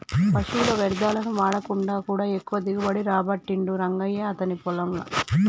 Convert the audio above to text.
పశువుల వ్యర్ధాలను వాడకుండా కూడా ఎక్కువ దిగుబడి రాబట్టిండు రంగయ్య అతని పొలం ల